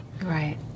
Right